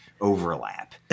overlap